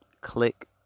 click